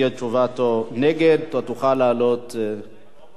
תוכל לעלות להשיב לו עוד שלוש דקות.